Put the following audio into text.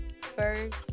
first